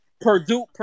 Purdue